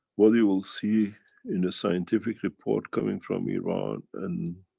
what you will see in the scientific report, coming from iran and